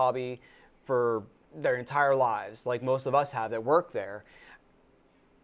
hobby for their entire lives like most of us have their work their